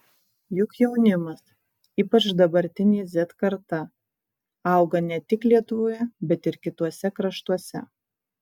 juk jaunimas ypač dabartinė z karta auga ne tik lietuvoje bet ir kituose kraštuose